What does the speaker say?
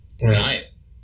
Nice